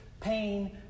pain